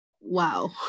wow